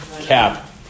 Cap